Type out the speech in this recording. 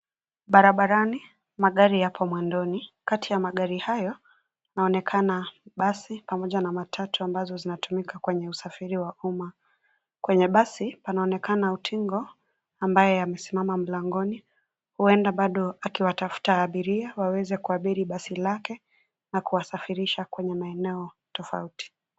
Barabarani magari yapo mwendoni. Kati ya magari hayo, kunaonekana basi pamoja na matatu ambazo zinatumika kwenye usafiri wa uma. Kwenye basi, panaonekana utingo ambaye amesimama mlangoni, huenda bado akiwatafuta abiria waweze kuabiri basi lake na kuwasafirisha kwenye maeneo tofauti.